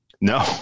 No